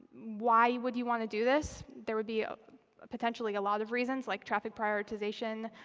why would you want to do this? there would be potentially a lot of reasons, like traffic prioritization.